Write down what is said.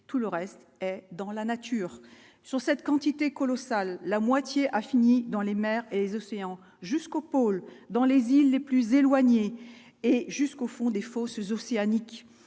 tout le reste dans la nature sur cette quantité colossale, la moitié a fini dans les mers et les océans jusqu'au pôle, dans les îles les plus éloignées et jusqu'au fond des océanique